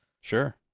Sure